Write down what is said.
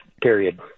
period